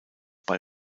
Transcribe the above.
bei